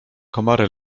komary